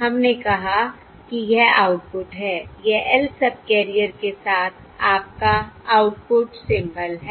हमने कहा कि यह आउटपुट है यह lth सबकैरियर के साथ आपका आउटपुट सिंबल है